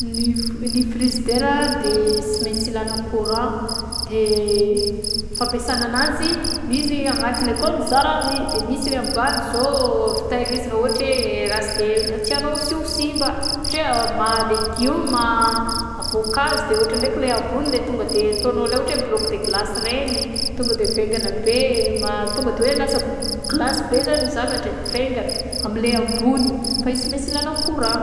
Ny frizidera de sy maintsy ilana courant de fampiasagna anazy misy agnatiny akao mizara roy de misy le ambany zao fitahirizana ôhatra hoe raha sy de tianao sy ho sy ho simba ôhatra hoe legioma voankazo de ôtrany hoe koa le ambony le ataogn'ny olona hoe blôky de glasy reny tonga de mivaingana be ma tonga de hoe glasy be zany zavatra e; mivaingagna amle ambony fa izy sy maintsy ilana courant